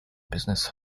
business